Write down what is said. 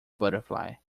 butterfly